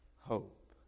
hope